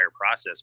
process